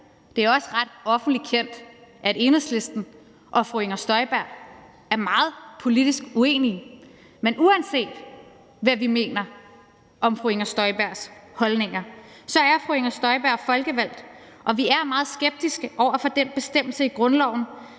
det er ret offentligt kendt, at Enhedslisten og fru Inger Støjberg politisk er meget uenige – så er fru Inger Støjberg folkevalgt, og vi er meget skeptiske over for den bestemmelse i grundloven,